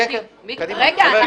כן, כן, קדימה.